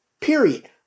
Period